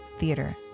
theater